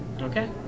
Okay